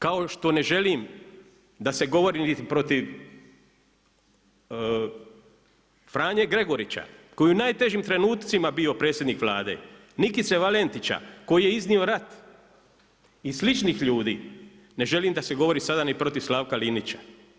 Međutim, kao što ne želim sa se govori protiv Granje Gregorića koji je u najtežim trenucima bio predsjednik Vlade, Nikice Valentića koji je iznio rat i sličnih ljudi, ne želim da se govori sada ni protiv Slavka Linića.